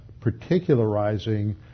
particularizing